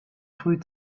früh